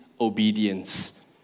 obedience